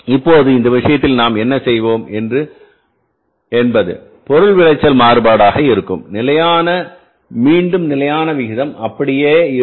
இப்போது இந்த விஷயத்தில் நாம் என்ன செய்வோம் என்பது பொருள் விளைச்சல் மாறுபாடுவீதமாக இருக்கும் நிலையான மீண்டும் நிலையான விகிதம் அப்படியே இருக்கும்